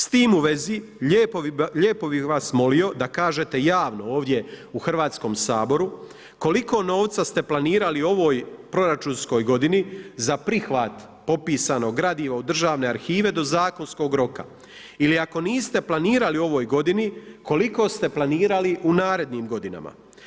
S tim u vezi lijepo bih vas molio da kažete javno ovdje u Hrvatskom saboru koliko novca ste planirali u ovoj proračunskoj godini za prihvat popisanog gradiva od Državne arhive do zakonskog roka ili ako niste planirali u ovoj godini, koliko ste planirali u narednim godinama?